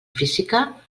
física